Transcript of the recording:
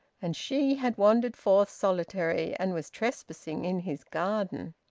and she had wandered forth solitary and was trespassing in his garden.